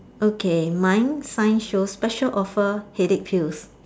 okay mine sign shows special offer headache pills